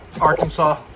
Arkansas